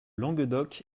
languedoc